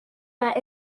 bat